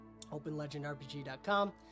OpenLegendRPG.com